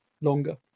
longer